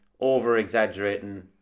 over-exaggerating